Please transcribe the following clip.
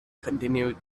continued